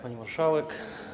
Pani Marszałek!